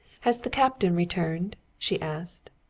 has the captain returned? she asked.